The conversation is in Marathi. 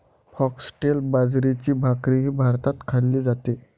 फॉक्सटेल बाजरीची भाकरीही भारतात खाल्ली जाते